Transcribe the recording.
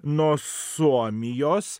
nuo suomijos